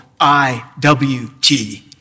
IWT